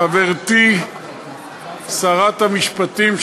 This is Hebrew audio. חברתי שרת המשפטים,